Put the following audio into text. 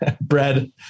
bread